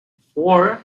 four